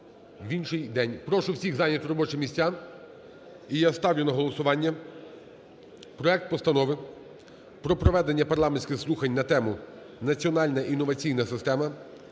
інший день. Прошу всіх зайняти робочі місця. І я ставлю на голосування проект Постанови про проведення парламентських слухань на тему: "Національна інноваційна система,